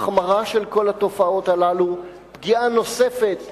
החמרה של כל התופעות הללו, פגיעה נוספת בחולים,